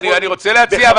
אני רוצה להציע.